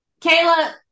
Kayla